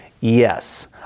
Yes